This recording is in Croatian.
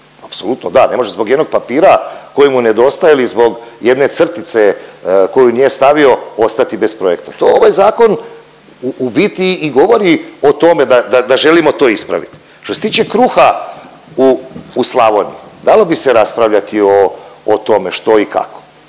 apsolutno da, ne može zbog jednog papira koji mu nedostaje ili zbog jedne crtice koju nije stavio, ostati bez projekta. To ovaj zakon u biti i govori o tome da, da, da želimo to ispraviti. Što se tiče kruha u, u Slavoniji, dalo bi se raspravljati o, o tome što i kako,